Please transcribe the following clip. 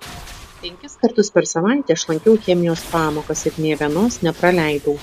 penkis kartus per savaitę aš lankiau chemijos pamokas ir nė vienos nepraleidau